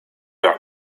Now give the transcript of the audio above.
are